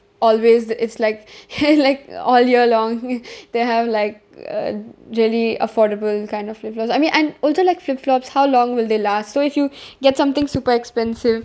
always it's like like all year long they have like uh really affordable kind of flip flops I mean and also like flip flops how long will they last so if you get something super expensive